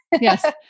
Yes